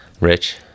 Rich